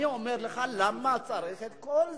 אני אומר לך: למה צריך את כל זה?